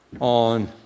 on